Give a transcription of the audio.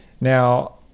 Now